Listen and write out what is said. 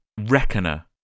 Reckoner